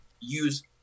use